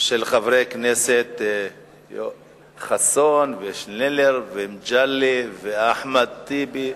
הצעות של חברי כנסת חסון, שנלר, מגלי, אחמד טיבי,